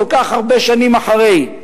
כל כך הרבה שנים אחרי,